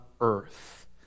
earth